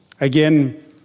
Again